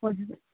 ꯍꯣꯏ ꯍꯣꯏ